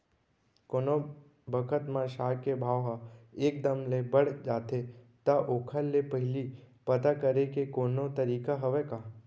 कोनो बखत म साग के भाव ह एक दम ले बढ़ जाथे त ओखर ले पहिली पता करे के कोनो तरीका हवय का?